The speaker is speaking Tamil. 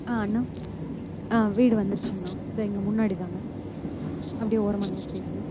ஆ அண்ணா ஆ வீடு வந்துருச்சுங்கண்ணா இதோ இங்கே முன்னாடி தான்ங்க அப்டியே ஓரமாக நிறுத்திடுங்க